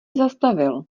zastavil